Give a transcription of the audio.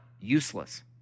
useless